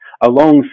alongside